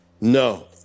No